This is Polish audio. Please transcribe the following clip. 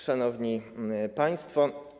Szanowni Państwo!